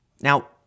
Now